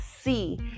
see